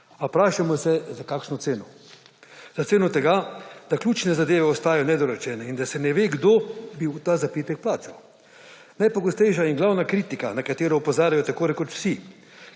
A vprašajmo se za kakšno ceno. Za ceno tega, da ključne zadeve ostajajo nedorečene in da se ne ve, kdo bo ta zapitek plačal. Najpogostejša in glavna kritika, na katero opozarjajo tako rekoč vsi,